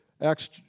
Acts